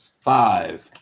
Five